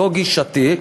זו גישתי.